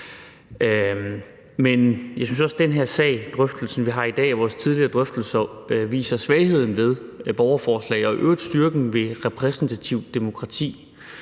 Men jeg synes også, at drøftelsen af den her sag i dag og vores tidligere drøftelser viser svagheden ved borgerforslag og i øvrigt styrken ved repræsentativt demokrati,